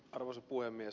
arvoisa puhemies